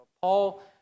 Paul